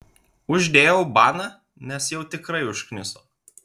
uždėjau baną nes jau tikrai užkniso